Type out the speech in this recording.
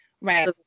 Right